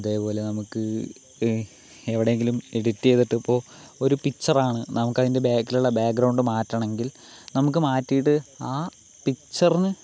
അതേപോലെ നമുക്ക് എവിടെങ്കിലും എഡിറ്റ് ചെയ്തിട്ടിപ്പോൾ ഒരു പിക്ചർ ആണ് നമുക്കതിൻ്റെ ബാക്കിലുള്ള ബാക് ഗ്രൗണ്ട് മാറ്റണങ്കിൽ നമുക്ക് മാറ്റിട്ട് ആ പിക്ചറിന്